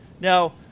Now